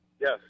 Yes